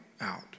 out